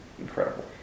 incredible